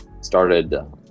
Started